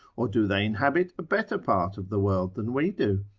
or do they inhabit a better part of the world than we do?